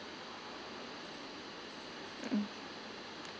mm